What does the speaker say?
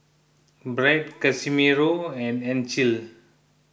Brandt Casimiro and Ancil